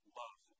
love